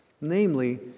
namely